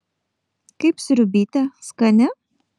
kaip sriubytė skani